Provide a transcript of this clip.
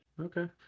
Okay